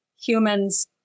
humans